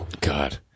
God